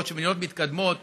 בעוד במדינות מתקדמות